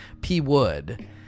P-Wood